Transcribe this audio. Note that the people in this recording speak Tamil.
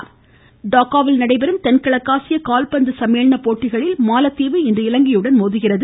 கால்பந்து டாக்காவில் நடைபெறும் தென்கிழக்காசிய கால்பந்து சம்மேளன போட்டிகளில் மாலத்தீவு இன்று இலங்கையுடன் மோதுகிறது